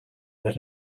that